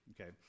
Okay